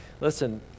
listen